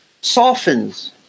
softens